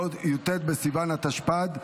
י"ט בסיוון התשפ"ד,